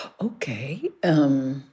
Okay